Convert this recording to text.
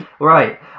right